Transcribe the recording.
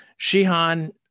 Shihan